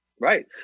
right